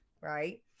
right